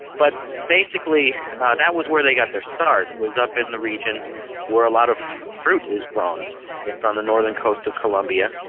but basically that was where they got their start, was up in the region where a lot of fruit is grown from the northern coast of colombia,